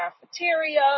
cafeteria